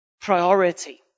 priority